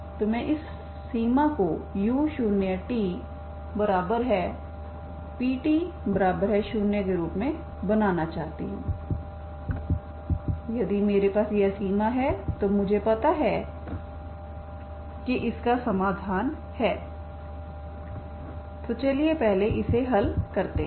तो मैं इस सीमा को u0tpt0 के रूप में बनाना चाहता हूं यदि मेरे पास यह सीमा है तो मुझे पता है कि इसका समाधान है तो चलिए पहले इसे हल करते हैं